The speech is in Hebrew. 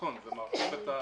אתה מוסיף ימים,